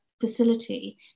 facility